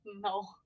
No